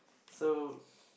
so